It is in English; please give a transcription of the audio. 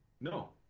No